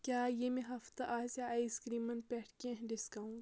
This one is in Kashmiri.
کیٛاہ ییٚمہِ ہفتہٕ آسیا آیس کرٛیٖمن پٮ۪ٹھ کینٛہہ ڈسکاونٹ